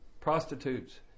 prostitutes